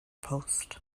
post